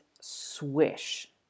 swish